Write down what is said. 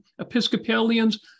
Episcopalians